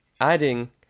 adding